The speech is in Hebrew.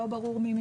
לא ברור ממי